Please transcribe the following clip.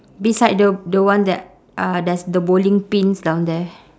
beside the the one that uh there's the bowling pins down there